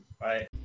Bye